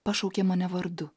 pašaukė mane vardu